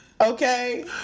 okay